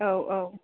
औ औ